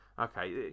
okay